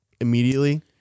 immediately